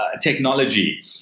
technology